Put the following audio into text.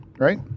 right